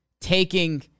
taking